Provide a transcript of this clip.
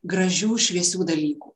gražių šviesių dalykų